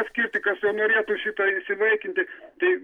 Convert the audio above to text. atskirti kas nenorėtų šitą įsivaikinti tai